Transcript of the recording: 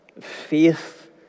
faith